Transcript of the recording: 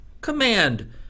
command